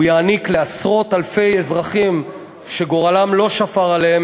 הוא יעניק לעשרות-אלפי אזרחים שגורלם לא שפר עליהם